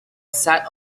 sat